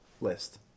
list